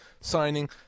signing